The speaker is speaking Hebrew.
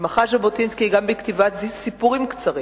התמחה ז'בוטינסקי גם בכתיבת סיפורים קצרים